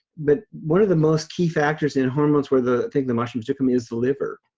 but one of the most key factors in hormones where the thing the mushrooms do for me is the liver.